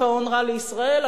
הקיפאון רע לישראל,